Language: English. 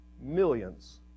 millions